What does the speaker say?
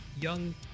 young